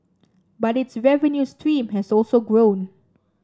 but its revenue stream has also grown